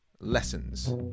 Lessons